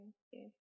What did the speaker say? okay